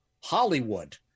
Hollywood